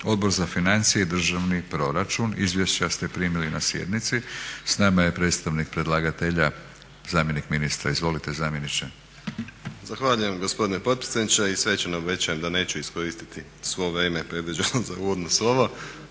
Odbor za financije i državni proračun. Izvješća ste primili na sjednici. S nama je predstavnik predlagatelja, zamjenik ministra. Izvolite zamjeniče. **Rađenović, Igor (SDP)** Zahvaljujem gospodine potpredsjedniče i svečano obećajem da neću iskoristiti svo vrijeme predviđeno za uvodno slovo.